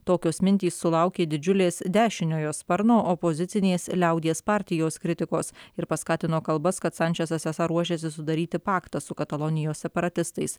tokios mintys sulaukė didžiulės dešiniojo sparno opozicinės liaudies partijos kritikos ir paskatino kalbas kad sančesas esą ruošiasi sudaryti paktą su katalonijos separatistais